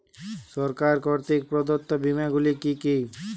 সরকার কর্তৃক প্রদত্ত বিমা গুলি কি কি?